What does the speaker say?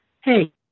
Hey